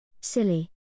Silly